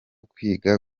kwiga